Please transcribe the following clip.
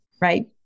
Right